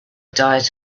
diet